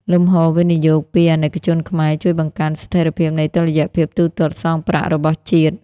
លំហូរវិនិយោគពី អាណិកជនខ្មែរ ជួយបង្កើនស្ថិរភាពនៃតុល្យភាពទូទាត់សងប្រាក់របស់ជាតិ។